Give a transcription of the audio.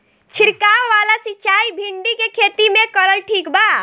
छीरकाव वाला सिचाई भिंडी के खेती मे करल ठीक बा?